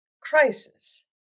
crisis